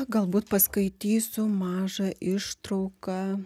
galbūt paskaitysiu mažą ištrauką